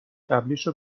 قبلیشو